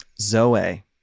Zoe